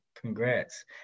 Congrats